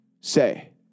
say